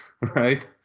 right